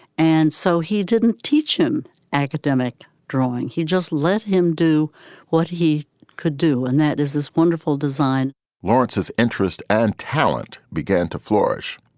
and so he didn't teach an academic drawing. he just let him do what he could do. and that is this wonderful design lawrence's interest and talent began to flourish.